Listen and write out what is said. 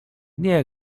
nie